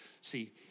See